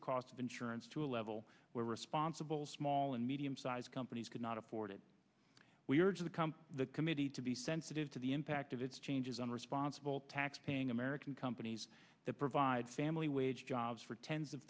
the cost of insurance to a level where responsible small and medium sized companies cannot afford it we urge the company the committee to be sensitive to the impact of its changes on responsible tax paying american companies that provide family wage jobs for tens of